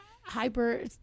hyper